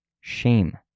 shame